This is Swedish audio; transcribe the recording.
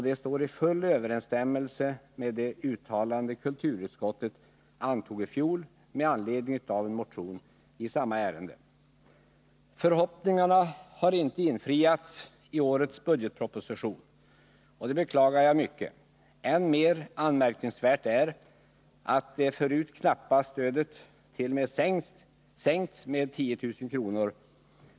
Det står i full överensstämmelse med det uttalande kulturutskottet i fjol antog med anledning av en motion i samma ärende. Förhoppningarna har inte infriats i årets budgetproposition. Det beklagar jag mycket. Än mer anmärkningsvärt är att det förut knappa stödet t.o.m. sänkts med 10 000 kr.